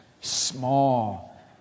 small